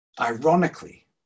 ironically